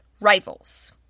rivals